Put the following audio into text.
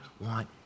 want